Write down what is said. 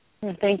Thank